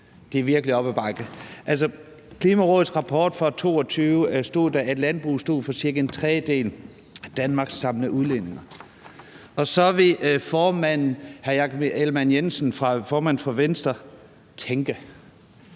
Det er virkelig op ad bakke. I Klimarådets rapport fra 2022 står der, at landbruget står for cirka en tredjedel af Danmarks samlede CO2-udledning, og så vil formanden for Venstre, hr. Jakob Ellemann-Jensen, tænke.